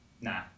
nah